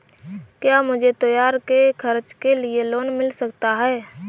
क्या मुझे त्योहार के खर्च के लिए लोन मिल सकता है?